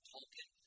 Tolkien